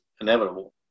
inevitable